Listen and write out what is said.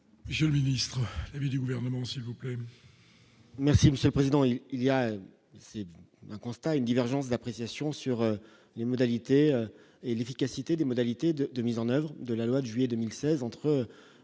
Je le ministre du gouvernement, s'il-vous-plaît. Merci Monsieur le Président, et il y a un constat, une divergence d'appréciation sur les modalités et l'efficacité des modalités de de mise en oeuvre de la loi de juillet 2016 entre